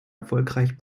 erfolgreich